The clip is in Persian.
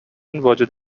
واجد